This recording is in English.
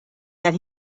that